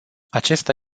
acesta